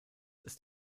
ist